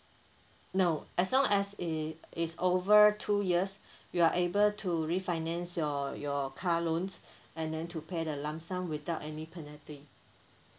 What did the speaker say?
no as long as it it's over two years you are able to refinance your your car loans and then to pay the lump sum without any penalty